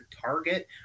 Target